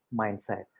mindset